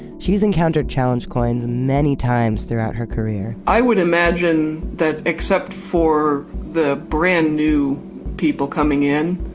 she's encountered challenge coins many times throughout her career i would imagine that except for the brand new people coming in,